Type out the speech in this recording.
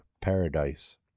Paradise